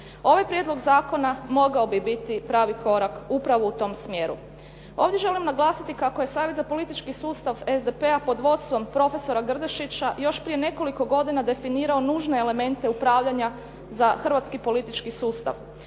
Ovaj prijedlog zakona mogao bi biti pravi korak upravo u tom smjeru. Ovdje želim naglasiti kako je Savjet za politički sustav SDP-a pod vodstvom prof. Grdešića još prije nekoliko godina definirao nužne elemente upravljanja za hrvatski politički sustav.